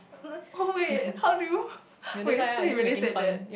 n~ oh wait how do you wait so he really said that